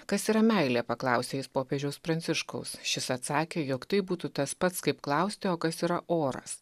kas yra meilė paklausė jis popiežiaus pranciškaus šis atsakė jog tai būtų tas pats kaip klausti o kas yra oras